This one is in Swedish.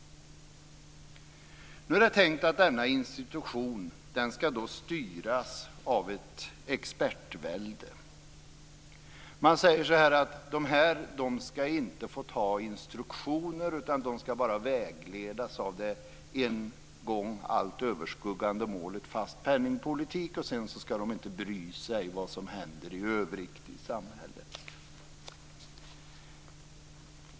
Det är tänkt att denna institution skall styras av ett expertvälde. Man säger att de här personerna inte skall få ta instruktioner. De skall bara vägledas av det en gång för alla överskuggande målet om fast penningpolitik. Sedan skall de inte bry sig om vad som händer i övrigt i samhället.